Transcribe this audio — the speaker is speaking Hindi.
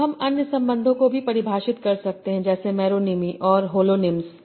अब हम अन्य संबंधों को भी परिभाषित कर सकते हैं जैसेमेरोनीम और होलोनिम्स